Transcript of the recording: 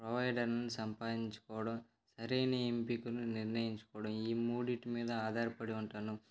ప్రొవైడర్ను సంపాదించుకోవడం సరైన ఎంపికను నిర్ణయించుకోడం ఈ మూడింటి మీద ఆధారపడి ఉంటాను